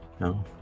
No